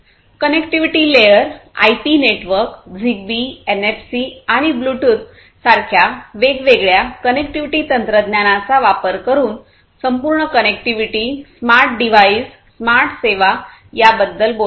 connectivity layer IP network Zigbee NFC आणि Bluetooth सारख्या वेगवेगळ्या कनेक्टिव्हिटी तंत्रज्ञानाचा वापर करून संपूर्ण कनेक्टिव्हिटी स्मार्ट डिव्हाइस स्मार्ट सेवा याबद्दल बोलते